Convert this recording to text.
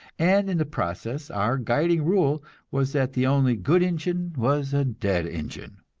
and in the process our guiding rule was that the only good injun was a dead injun.